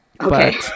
Okay